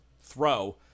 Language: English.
throw